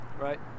right